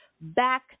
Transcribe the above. back